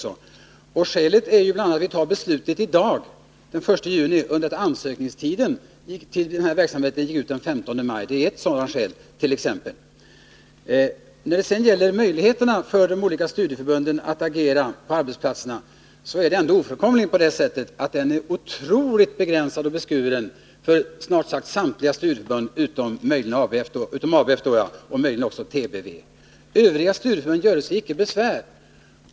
Ett av skälen härtill är att vi fattar beslutet i dag, den 1 juni, under det att ansökningstiden när det gäller denna verksamhet gick ut den 15 maj. I fråga om möjligheterna för de olika studieförbunden att agera på arbetsplatserna så är det ändå ofrånkomligen på det sättet att dessa möjligheter är otroligt begränsade och beskurna för snart sagt samtliga studieförbund utom ABF och möjligen TBV. Övriga studieförbund göre sig icke besvär.